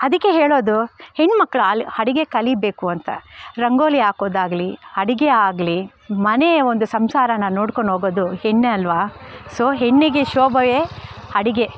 ಅದಕ್ಕೆ ಹೇಳೋದು ಹೆಣ್ಮಕ್ಳು ಅಲ್ಲಿ ಅಡುಗೆ ಕಲೀಬೇಕು ಅಂತ ರಂಗೋಲಿ ಹಾಕೋದಾಗ್ಲಿ ಅಡುಗೆ ಆಗಲಿ ಮನೆಯ ಒಂದು ಸಂಸಾರನ್ನು ನೋಡ್ಕೊಂಡೋಗೋದು ಹೆಣ್ಣೇ ಅಲ್ವ ಸೊ ಹೆಣ್ಣಿಗೆ ಶೋಭೆಯೇ ಅಡುಗೆ